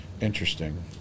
Interesting